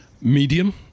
medium